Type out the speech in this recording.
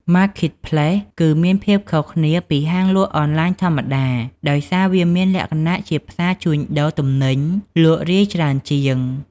Marketplace គឺមានភាពខុសគ្នាពីហាងលក់អនឡាញធម្មតា ដោយសារវាមានលក្ខណៈជាផ្សារជួញដូរទំនិញលក់រាយច្រើនជាង។